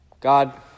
God